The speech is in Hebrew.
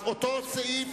אותו סעיף